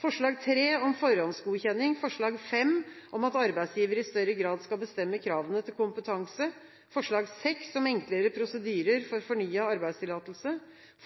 Forslag nr. 3 om forhåndsgodkjenning, forslag nr. 5 om at arbeidsgiver i større grad skal bestemme kravene til kompetanse, forslag nr. 6 om enklere prosedyrer for fornyet arbeidstillatelse,